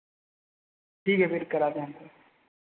ठीक है फिर कराते हैं आपका